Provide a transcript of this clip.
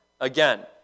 again